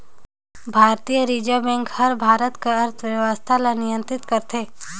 भारतीय reserve bank हर भारत कर अर्थबेवस्था ल नियंतरित करथे